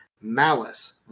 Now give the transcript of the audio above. Malice